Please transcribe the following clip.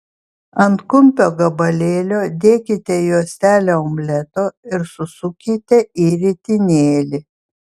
ant kumpio gabalėlio dėkite juostelę omleto ir susukite į ritinėlį